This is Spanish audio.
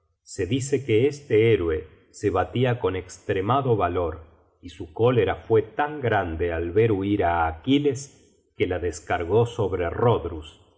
se dice que este héroe se batia con estremado valor y su cólera fue tan grande al ver huir á aquiles que la descargó sobre roddrus